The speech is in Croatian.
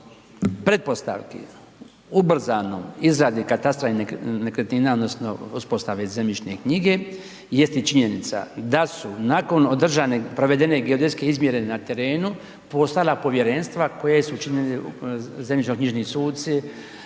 važnih pretpostavki, ubrzanoj izradi katastra i nekretnina odnosno uspostavi zemljišne knjige jeste činjenica da su nakon odražen provedene geodetske izmjere na terenu, postala povjerenstva koja su činili zemljišno-knjižni suci,